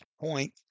point